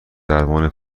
درمان